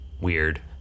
weird